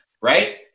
Right